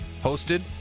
Hosted